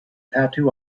tattoo